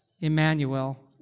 Emmanuel